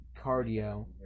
cardio